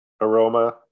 aroma